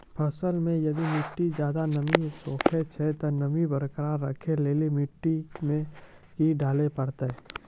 फसल मे यदि मिट्टी ज्यादा नमी सोखे छै ते नमी बरकरार रखे लेली मिट्टी मे की डाले परतै?